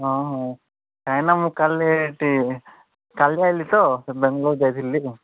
ହଁ ହଁ କାଇଁନା ମୁଁ କାଲି ଏଠି କାଲି ଆଇଲି ତ ବେଙ୍ଗଲୋର୍ ଯାଇଥିଲି